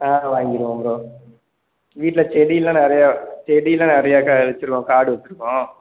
ஆ வாங்கிடுவோம் ப்ரோ வீட்டில் செடியெல்லாம் நிறையா செடில்லாம் நிறையா க வச்சுருக்கோம் காடு வச்சுருக்கோம்